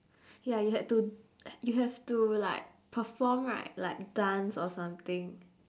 ya you had to h~ you have to like perform right like dance or something